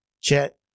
Chet